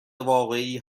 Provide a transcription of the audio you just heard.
واقعی